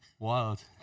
Wild